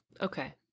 Okay